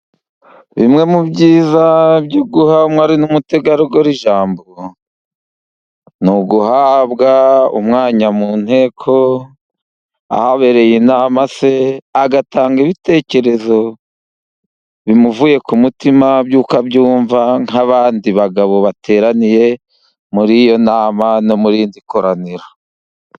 Bimwe mu byiza byo guha umwari n'umutegarugori ijambo, ni uguhabwa umwanya mu nteko ahabereye inama se, agatanga ibitekerezo bimuvuye ku mutima, nk'uko abyumva nk'abandi bagabo bateraniye muri iyo nama, no murindi koraniro.